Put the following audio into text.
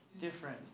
Different